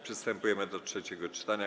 Przystępujemy do trzeciego czytania.